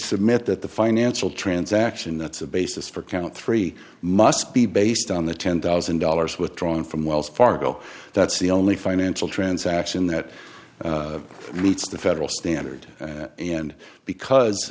submit that the financial transaction that's a basis for count three must be based on the ten thousand dollars withdrawn from wells fargo that's the only financial transaction that meets the federal standard and because